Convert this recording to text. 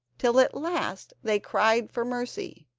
till at last they cried for mercy.